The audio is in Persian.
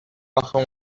اخه